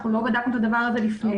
אנחנו לא בדקנו את הדבר הזה לפני.